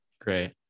Great